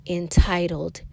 entitled